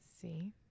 See